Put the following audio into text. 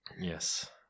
yes